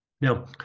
Now